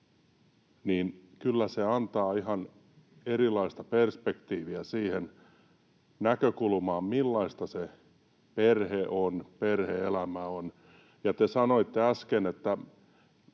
antaa kyllä ihan erilaista perspektiiviä siihen näkökulmaan, millaista se perhe-elämä on. Te sanoitte äsken, että